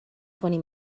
twenty